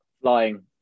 Flying